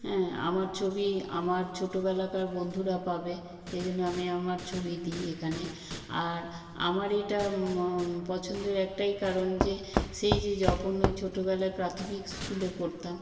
হ্যাঁ আমার ছবি আমার ছোটোবেলাকার বন্ধুরা পাবে সেই জন্য আমি আমার ছবি দিই এখানে আর আমার এটা পছন্দর একটাই কারণ যে সেই যে যখন ওই ছোটোবেলার প্রাথমিক স্কুলে পড়তাম